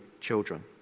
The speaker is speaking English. children